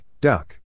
duck